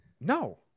No